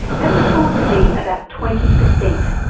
that was thought to be about twenty percent,